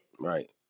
Right